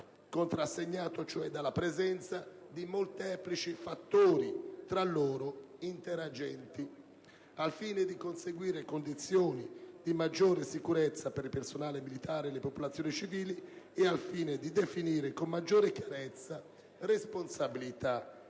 contrassegnato cioè dalla presenza di molteplici fattori tra loro interagenti, al fine di conseguire condizioni di maggiore sicurezza per il personale militare e le popolazioni civili e al fine di definire con maggiore chiarezza responsabilità